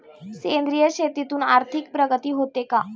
सेंद्रिय शेतीतून आर्थिक प्रगती होते का?